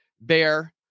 bear